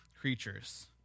creatures